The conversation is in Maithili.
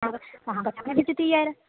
आओर अहाँ बच्चाकेँ लऽ जैतियै